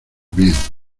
bien